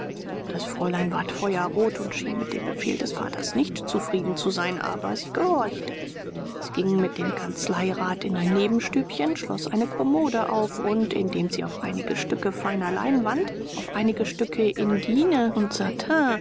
das fräulein ward feuerrot und schien mit dem befehl des vaters nicht zufrieden zu sein aber sie gehorchte sie ging mit dem kanzleirat in ein nebenstübchen schloß eine kommode auf und indem sie auf einige stücke feiner leinwand auf einige stücke indienne und